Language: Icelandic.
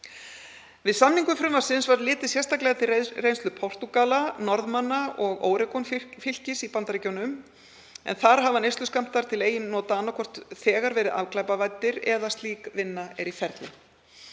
Við samningu frumvarpsins var litið sérstaklega til reynslu Portúgala, Norðmanna og Oregonfylkis í Bandaríkjunum en þar hafa neysluskammtar til eigin nota annaðhvort þegar verið afglæpavæddir eða slík vinna er í ferli.